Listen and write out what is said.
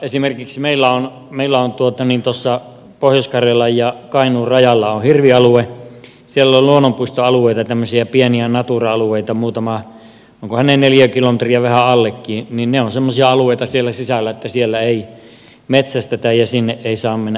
esimerkiksi meillä on tuossa pohjois karjalan ja kainuun rajalla hirvialue siellä on luonnonpuistoalueita tämmöisiä pieniä natura alueita muutama onkohan ne neliökilometrin ja vähän allekin ja ne ovat semmoisia alueita siellä sisällä että siellä ei metsästetä ja sinne ei saa mennä edes ajamaan